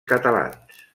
catalans